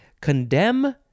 condemn